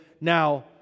Now